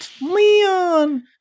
leon